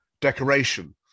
decoration